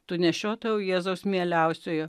tu nešiotojau jėzaus mieliausiojo